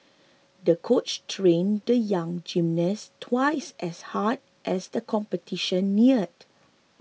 the coach trained the young gymnast twice as hard as the competition neared